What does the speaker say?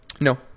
No